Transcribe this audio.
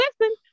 listen